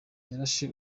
yarashe